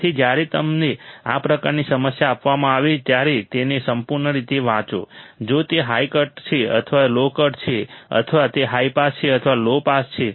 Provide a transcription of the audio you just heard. તેથી જ્યારે તમને આ પ્રકારની સમસ્યા આપવામાં આવે ત્યારે તેને સંપૂર્ણ રીતે વાંચો જો તે આ હાઈ કટ છે અથવા તે લો કટ છે અથવા તે હાઈ પાસ છે અથવા તે લો પાસ છે